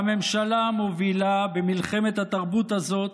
והממשלה מובילה במלחמת התרבות הזאת.